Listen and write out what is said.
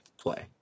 play